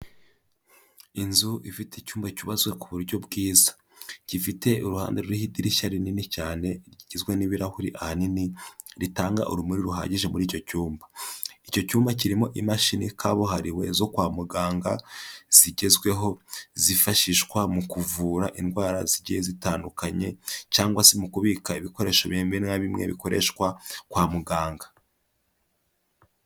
Inzu ifite icyumba cyubatswe ku buryo bwiza, gifite uruhande ruriho idirishya rinini cyane rigizwe n'ibirahuri ahanini ritanga urumuri ruhagije muri icyo cyumba, icyo cyumba kirimo imashini kabuhariwe zo kwa muganga zigezweho, zifashishwa mu kuvura indwara zigiye zitandukanye, cyangwa se mu kubika ibikoresho bimwe na bimwe na bimwe bikoreshwa kwa muganga.